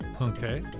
okay